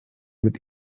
mit